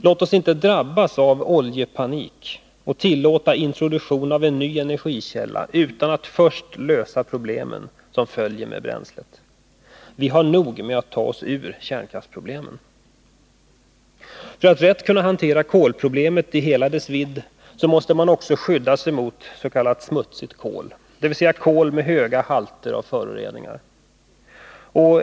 Låt oss inte drabbas av oljepanik och tillåta introduktion av en ny energikälla utan att först lösa problemen som följer med det bränslet. Vi har nog med att försöka ta oss ur kärnkraftsproblemen. För att rätt kunna hantera kolproblemet i hela dess vidd måste man också skydda sig mot s.k. smutsigt kol, dvs. kol med höga halter av föroreningar.